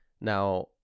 Now